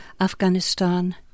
Afghanistan